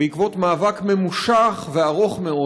בעקבות מאבק ממושך וארוך מאוד,